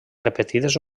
repetides